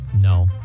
No